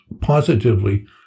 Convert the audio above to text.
positively